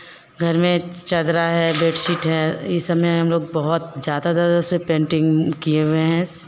घर में चदरा है बेडशीट है ई सब में हम लोग बहुत ज़्यादा तरह से पेंटिंग किए हुए हैं